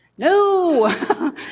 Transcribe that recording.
No